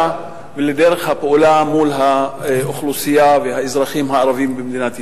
ולדרך הפעולה מול האוכלוסייה והאזרחים הערבים במדינת ישראל,